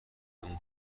اون